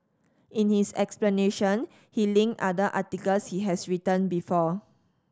in his explanation he linked other articles he has written before